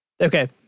Okay